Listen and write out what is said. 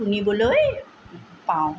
শুনিবলৈ পাওঁ